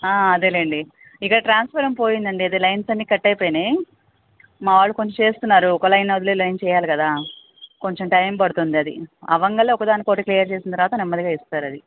అదేలేండి ఇక్కడ ట్రాన్స్ఫారం పోయింది అండి అదే లైన్స్ అన్నీ కట్ అయిపోయినయి మా వాళ్ళు కొంచం చేస్తున్నారు ఒక లైను వదిలి లైన్ చేయాలి కదా కొంచెం టైమ్ పడుతుంది ఇది అవ్వంగానే ఒకదానికి ఒకటి క్లియర్ చేసిన తర్వాత నెమ్మదిగా ఇస్తారు ఇది